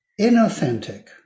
inauthentic